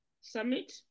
summit